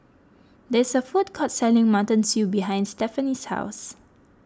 there's a food court selling Mutton Stew behind Stefanie's house